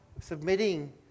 submitting